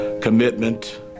commitment